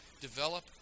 develop